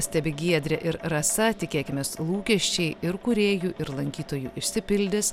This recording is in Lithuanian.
stebi giedrė ir rasa tikėkimės lūkesčiai ir kūrėjų ir lankytojų išsipildys